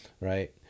right